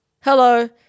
hello